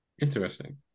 interesting